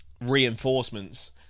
reinforcements